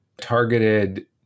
targeted